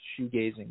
shoegazing